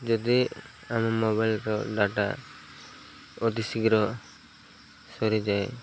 ଯଦି ଆମ ମୋବାଇଲ୍ର ଡାଟା ଅତିଶୀଘ୍ର ସରିଯାଏ